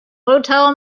hotel